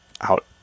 out